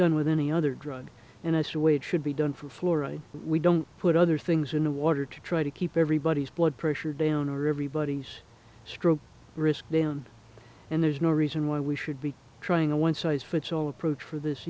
done with any other drug in a swathe should be done for florida we don't put other things in the water to try to keep everybody's blood pressure down or everybody's stroke risk down and there's no reason why we should be trying a one size fits all approach for this